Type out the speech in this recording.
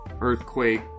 earthquake